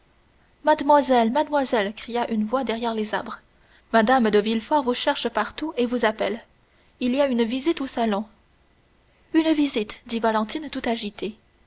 mademoiselle mademoiselle cria une voix derrière les arbres mme de villefort vous cherche partout et vous appelle il y a une visite au salon une visite dit valentine tout agitée